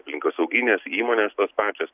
aplinkosauginės įmonės tos pačios